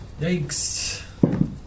Yikes